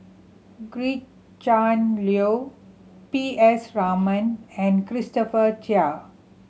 Gretchen Liu P S Raman and Christopher Chia